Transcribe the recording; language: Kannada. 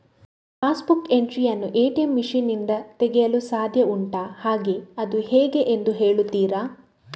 ಪಾಸ್ ಬುಕ್ ಎಂಟ್ರಿ ಯನ್ನು ಎ.ಟಿ.ಎಂ ಮಷೀನ್ ನಿಂದ ತೆಗೆಯಲು ಸಾಧ್ಯ ಉಂಟಾ ಹಾಗೆ ಅದು ಹೇಗೆ ಎಂದು ಹೇಳುತ್ತೀರಾ?